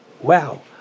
Wow